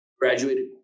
graduated